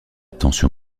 tension